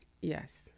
yes